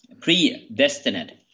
predestined